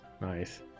nice